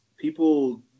People